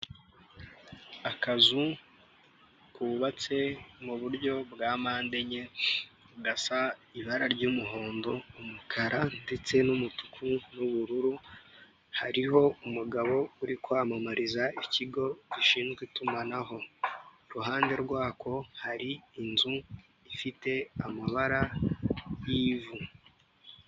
Akazu kubatse mu buryo bwa mpande enye gasa ibara ry'umuhondo, umukara ndetse n'umutuku n'ubururu hariho umugabo uri kwamamariza ikigo gishinzwe itumanaho iruhande rwako hari inzu ifite amabara y'ivu.